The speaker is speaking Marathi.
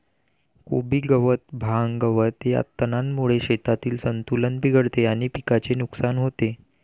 कोबी गवत, भांग, गवत या तणांमुळे शेतातील संतुलन बिघडते आणि पिकाचे नुकसान होते